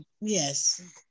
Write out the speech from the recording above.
Yes